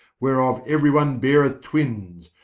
whereof every one beareth twins,